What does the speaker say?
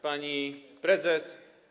Pani Prezes!